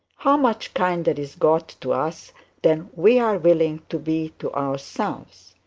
how much kinder is god to us than we are willing to be to ourselves!